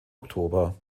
oktober